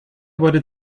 wurde